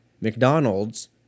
McDonald's